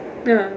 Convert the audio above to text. ya